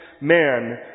man